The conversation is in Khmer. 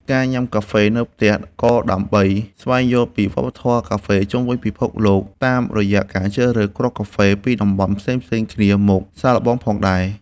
ការញ៉ាំកាហ្វេនៅផ្ទះ ក៏ដើម្បីស្វែងយល់ពីវប្បធម៌កាហ្វេជុំវិញពិភពលោកតាមរយៈការជ្រើសរើសគ្រាប់កាហ្វេពីតំបន់ផ្សេងៗគ្នាមកសាកផងដែរ។